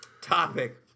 Topic